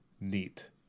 neat